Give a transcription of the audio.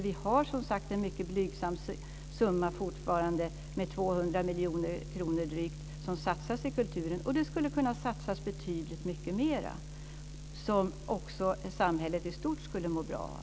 Vi har som sagt en mycket blygsam summa fortfarande - Det skulle kunna satsas betydligt mycket mera, som också samhället i stort skulle må bra av.